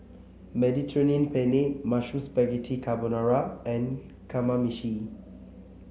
Mediterranean Penne Mushroom Spaghetti Carbonara and Kamameshi